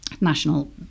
National